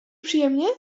przyjemnie